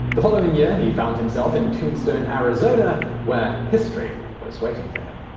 the following year, he found himself in tombstone, arizona where history was waiting for him.